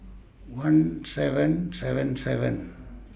one seven seven seven